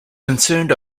concerned